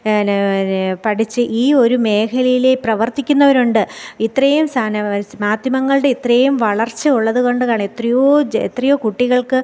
പിന്നെ പിന്നെ പഠിച്ച് ഈ ഒരു മേഖലയിലെ പ്രവർത്തിക്കുന്നവരുണ്ട് ഇത്രയും സാധനം മാധ്യമങ്ങളുടെ ഇത്രയും വളർച്ച ഉള്ളതുകൊണ്ട് കൾ എത്രയോ ജ് എത്രയോ കുട്ടികൾക്ക്